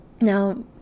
Now